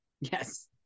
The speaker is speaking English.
Yes